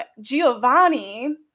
Giovanni